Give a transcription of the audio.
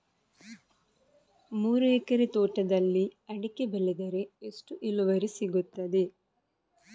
ಮೂರು ಎಕರೆ ತೋಟದಲ್ಲಿ ಅಡಿಕೆ ಬೆಳೆದರೆ ಎಷ್ಟು ಇಳುವರಿ ಸಿಗುತ್ತದೆ?